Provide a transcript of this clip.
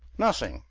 nothing,